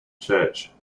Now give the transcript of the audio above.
church